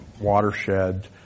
watershed